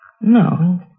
No